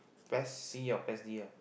P_E_S C or P_E_S D ah